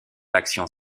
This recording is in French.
l’action